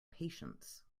patience